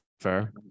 fair